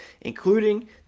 including